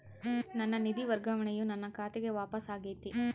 ನನ್ನ ನಿಧಿ ವರ್ಗಾವಣೆಯು ನನ್ನ ಖಾತೆಗೆ ವಾಪಸ್ ಆಗೈತಿ